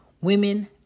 women